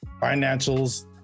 Financials